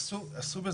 עשר שנים?